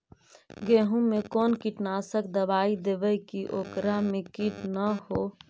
गेहूं में कोन कीटनाशक दबाइ देबै कि ओकरा मे किट न हो?